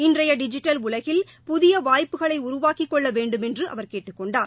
இன்றையடிஜிட்டல் உலகில் புதியவாய்ப்புக்களைஉருவாக்கிக் கொள்ளவேண்டுமென்றுஅவர் கேட்டுக் கொண்டார்